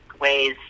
ways